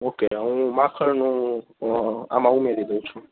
okay હું માખણનું આમાં ઉમેરી દઉં છું